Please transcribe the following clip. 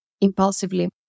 impulsively